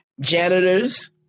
janitors